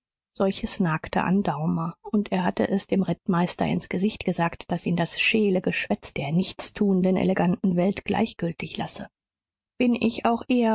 solches nagte an daumer und er hatte es dem rittmeister ins gesicht gesagt daß ihn das scheele geschwätz der nichtstuenden eleganten welt gleichgültig lasse bin ich auch